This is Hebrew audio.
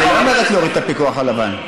אבל היא לא אומרת להוריד את הפיקוח על לבן.